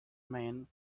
men